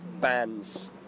bands